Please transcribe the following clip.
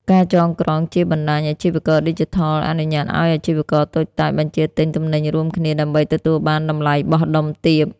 ការចងក្រងជា បណ្ដាញអាជីវករឌីជីថល អនុញ្ញាតឱ្យអាជីវករតូចតាចបញ្ជាទិញទំនិញរួមគ្នាដើម្បីទទួលបានតម្លៃបោះដុំទាប។